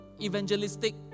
evangelistic